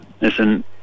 listen